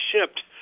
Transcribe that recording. shipped